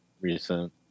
recent